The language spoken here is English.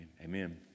amen